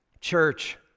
Church